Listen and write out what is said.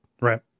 right